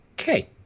Okay